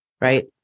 Right